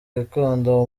gikondo